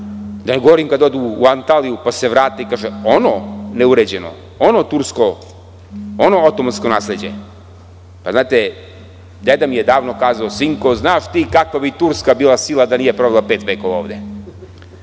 da ne govorim kada odu u Antaliju pa se vrate i kažu – ono neuređeno, ono tursko, ono Otomansko nasleđe? Znate, deda mi je davno kazao – sinko, znaš ti kakva bi Turska bila sila da nije provela pet vekova